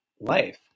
life